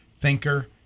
thinker